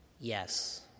yes